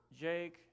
Jake